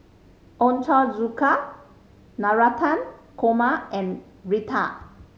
Ochazuke Navratan Korma and Raita